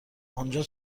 آنجا